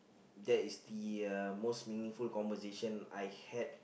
that is the uh most meaningful conversation I had